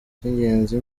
icy’ingenzi